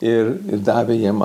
ir ir davė jam